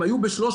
הם היו ב-300,000